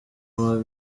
amagare